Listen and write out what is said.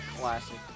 Classic